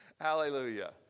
Hallelujah